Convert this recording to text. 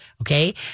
Okay